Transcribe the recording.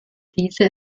diese